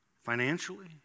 financially